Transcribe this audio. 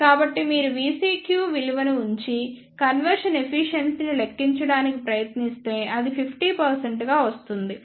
కాబట్టి మీరు VCQ విలువను ఉంచి కన్వర్షన్ ఎఫిషియెన్సీ ని లెక్కించడానికి ప్రయత్నిస్తే అది 50 గా వస్తుంది